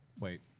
Wait